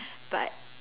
but